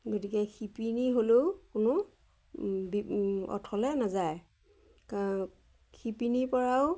গতিকে শিপিনী হ'লেও কোনো অথলে নাযায় কাৰণ শিপিনীৰ পৰাও